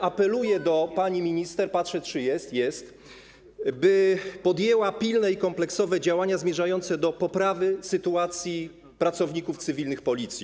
Apeluję do pani minister - patrzę, czy jest, jest - by podjęła pilne i kompleksowe działania zmierzające do poprawy sytuacji pracowników cywilnych Policji.